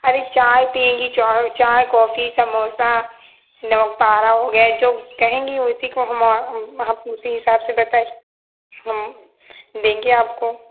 array चाय पिएंगी चौर चाय कॉफी समोसा नमकपारा हो गया जो कहेंगी उसी को हम हम उसी हिसाब से बेहतर हम देंगे आपको